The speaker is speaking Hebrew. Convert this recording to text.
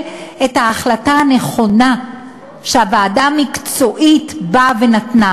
את ההחלטה הנכונה שהוועדה המקצועית באה ונתנה.